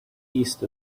east